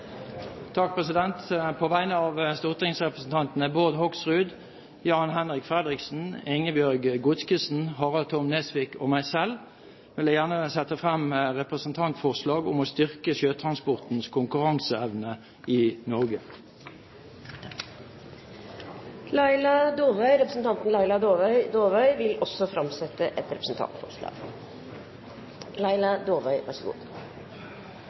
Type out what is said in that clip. På vegne av representantene Bård Hoksrud, Jan-Henrik Fredriksen, Ingebjørg Godskesen, Harald T. Nesvik og meg selv vil jeg gjerne sette frem et representantforslag om å styrke sjøtransportens konkurranseevne i Norge. Representanten Laila Dåvøy vil framsette et representantforslag. Jeg har gleden av å sette frem et representantforslag